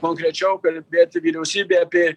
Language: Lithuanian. konkrečiau kalbėti vyriausybė apie